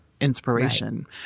inspiration